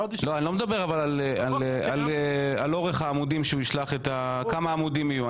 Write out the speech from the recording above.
אני לא מדבר על אורך העמודים וכמה עמודים יהיו.